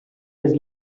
his